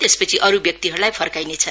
त्यसपछि अरू व्यक्तिहरूलाई फर्काइनेछ